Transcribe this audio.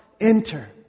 enter